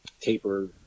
taper